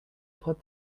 put